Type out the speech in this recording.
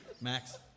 Max